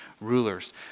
rulers